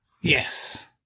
Yes